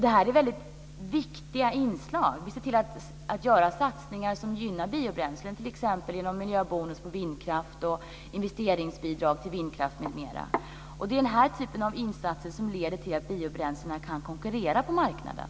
Det här är väldigt viktiga inslag. Vi ser till att göra satsningar som gynnar biobränslen, t.ex. genom miljöbonus på vindkraft, investeringsbidrag till vindkraft, m.m. Det är den här typen av insatser som leder till att biobränslena kan konkurrera på marknaden.